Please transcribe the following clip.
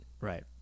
right